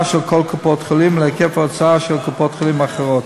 של כל קופת-חולים להיקף ההוצאה של קופות-החולים האחרות.